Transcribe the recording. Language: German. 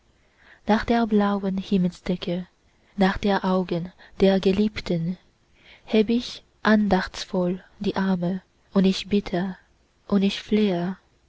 nach der blauen himmelsdecke nach den augen der geliebten heb ich andachtsvoll die arme und ich bitte und ich